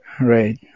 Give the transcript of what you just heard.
Right